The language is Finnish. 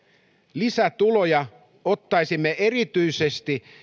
lisätuloja ottaisimme erityisesti